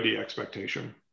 expectation